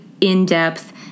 in-depth